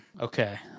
Okay